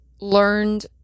learned